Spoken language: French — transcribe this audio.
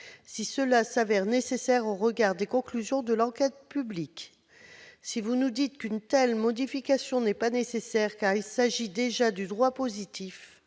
si cela est nécessaire eu égard aux conclusions de l'enquête publique. Si vous nous dites qu'une telle modification n'est pas nécessaire, car il s'agit déjà du droit positif,